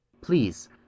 Please